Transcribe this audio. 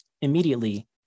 immediately